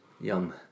Yum